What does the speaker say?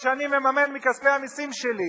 באחת התחנות שאני מממן מכספי המסים שלי.